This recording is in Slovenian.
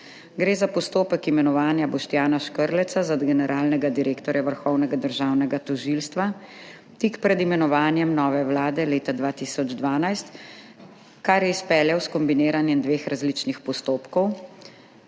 Gre za postopek imenovanja Boštjana Škrleca za generalnega direktorja Vrhovnega državnega tožilstva tik pred imenovanjem nove vlade leta 2012, kar je izpeljal s kombiniranjem dveh različnih postopkov.